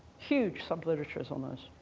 huge sub-literature's on this.